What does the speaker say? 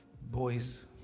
boys